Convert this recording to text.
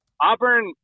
Auburn